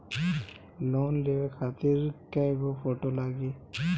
Loan लेवे खातिर कै गो फोटो लागी?